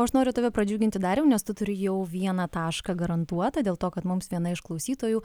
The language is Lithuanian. aš noriu tave pradžiuginti dariau nes tu turi jau vieną tašką garantuotą dėl to kad mums viena iš klausytojų